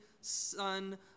Son